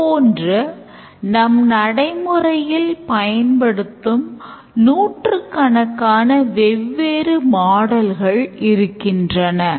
இதுபோன்று நம் நடைமுறையில் பயன்படுத்தும் நூற்றுக்கணக்கான வெவ்வேறு மாடல்கள் இருக்கின்றன